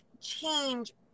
change